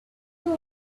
you